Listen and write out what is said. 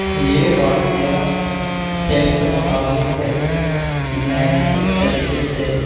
یہ واقعہ کھیل سے متعلق ہے کہ میں نے کس طریقے سے